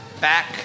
Back